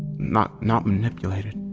not not manipulated,